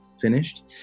finished